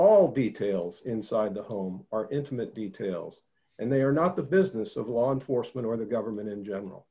all details inside the home are intimate details and they are not the business of law enforcement or the government in general